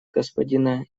господина